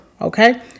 okay